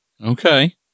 Okay